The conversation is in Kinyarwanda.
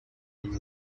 ameze